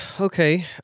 Okay